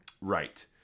right